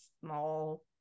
small